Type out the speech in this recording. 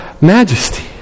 majesty